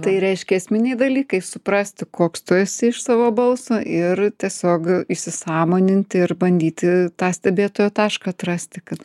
tai reiškia esminiai dalykai suprasti koks tu esi iš savo balso ir tiesiog įsisąmoninti ir bandyti tą stebėtojo tašką atrasti kad